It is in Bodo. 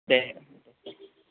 दे